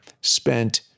spent